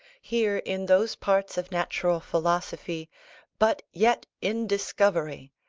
here, in those parts of natural philosophy but yet in discovery,